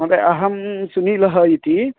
महोदय अहं सुनीलः इति